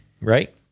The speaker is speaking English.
right